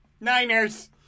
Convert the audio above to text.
Niners